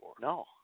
No